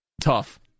tough